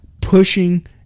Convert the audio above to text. pushing